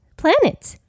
planets